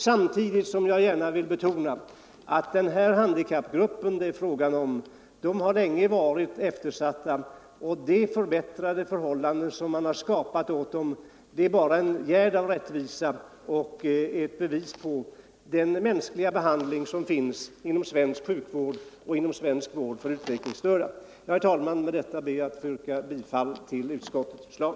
Samtidigt vill jag gärna betona att den grupp av handikappade som det här är fråga om länge varit eftersatt och att de förbättrade förhållanden som man har skapat för den bara är en gärd av rättvisa och ett bevis på den mänskliga behandling som ges inom svensk sjukvård och inom svensk vård för utvecklingsstörda. Herr talman! Med detta ber jag att få yrka bifall till utskottets förslag.